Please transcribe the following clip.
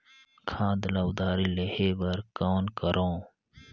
खाद ल उधारी लेहे बर कौन करव?